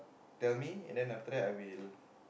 tell me and then after I will